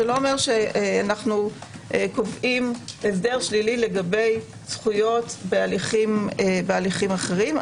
שאנו קובעים הסדר שלילי לגבי זכויות בהליכים אחרים.